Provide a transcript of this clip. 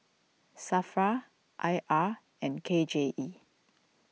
Safra I R and K J E